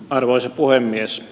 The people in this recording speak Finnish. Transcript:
arvoisa puhemies